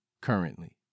currently